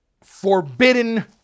forbidden